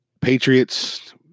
Patriots